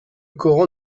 coran